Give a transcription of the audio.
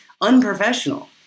unprofessional